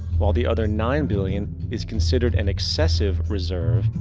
while the other nine billion is considered an excessive reserve,